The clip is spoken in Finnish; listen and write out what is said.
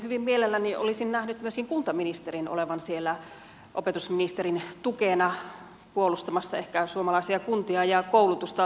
hyvin mielelläni olisin nähnyt myöskin kuntaministerin olevan siellä opetusministerin tukena puolustamassa ehkä suomalaisia kuntia ja koulutusta myöskin